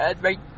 right